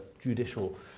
judicial